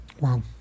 Wow